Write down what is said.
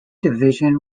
division